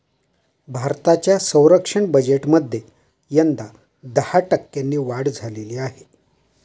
भारताच्या संरक्षण बजेटमध्ये यंदा दहा टक्क्यांनी वाढ झालेली आहे